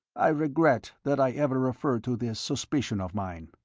i regret that i ever referred to this suspicion of mine.